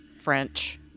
French